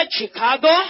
Chicago